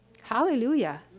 Hallelujah